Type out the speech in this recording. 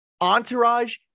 Entourage